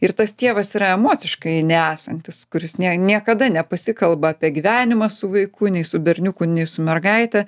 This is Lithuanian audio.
ir tas tėvas yra emociškai nesantis kuris ne niekada nepasikalba apie gyvenimą su vaiku nei su berniuku nei su mergaite